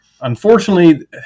unfortunately